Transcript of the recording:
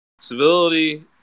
civility